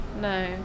No